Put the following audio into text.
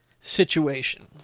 situation